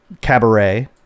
cabaret